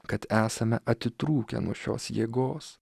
kad esame atitrūkę nuo šios jėgos